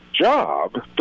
job